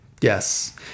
Yes